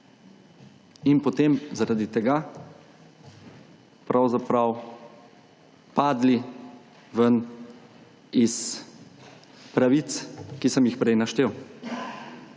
in potem zaradi tega pravzaprav padli ven iz pravic, ki sem jih prej naštel.